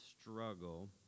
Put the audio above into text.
struggle